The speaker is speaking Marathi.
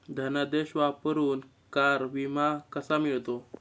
धनादेश वापरून कार विमा कसा मिळतो?